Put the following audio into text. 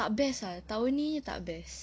tak best ah tahun ini tak best